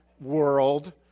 world